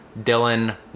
Dylan